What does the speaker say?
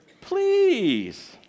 please